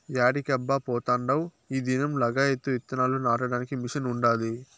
యాడికబ్బా పోతాండావ్ ఈ దినం లగాయత్తు ఇత్తనాలు నాటడానికి మిషన్ ఉండాది